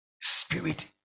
spirit